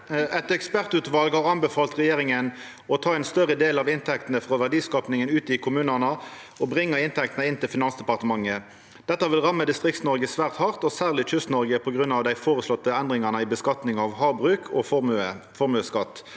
«Et ekspert- utvalg har anbefalt regjeringen å ta en større del av inntektene fra verdiskapingen ute i kommunene og bringe inntektene inn til Finansdepartementet. Dette vil ramme Distrikts-Norge svært hard, og særlig Kyst-Norge på grunn av den foreslåtte endringen i beskatning av havbruk og formue.